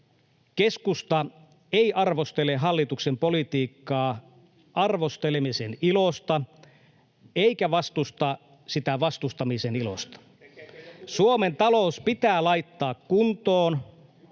Keskusta ei arvostele hallituksen politiikkaa arvostelemisen ilosta eikä vastusta sitä vastustamisen ilosta. [Ben Zyskowicz: Tekeekö joku